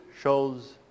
shows